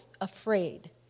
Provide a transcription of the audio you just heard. afraid